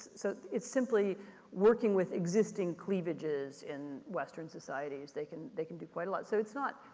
so it's simply working with existing cleavages in western societies. they can they can do quite a lot. so it's not,